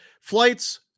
flights